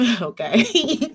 okay